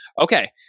Okay